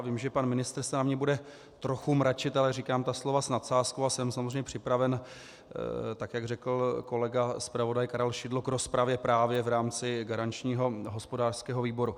Vím, že pan ministr se na mě bude trochu mračit, ale říkám ta slova s nadsázkou a jsem samozřejmě připraven, jak řekl kolega zpravodaj Karel Šidlo, k rozpravě právě v rámci garančního hospodářského výboru.